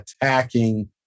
attacking